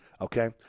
okay